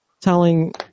telling